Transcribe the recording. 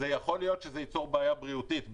יכול להיות שזה ייצור בעיה בריאותית באילת.